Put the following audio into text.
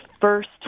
first